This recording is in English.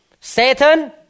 Satan